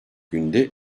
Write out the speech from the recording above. günde